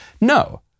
No